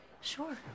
Sure